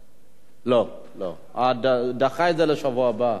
לא, לא, דחה את זה לשבוע הבא.